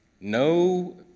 No